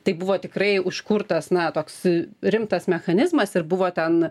tai buvo tikrai užkurtas na toks rimtas mechanizmas ir buvo ten